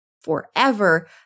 forever